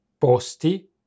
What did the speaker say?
posti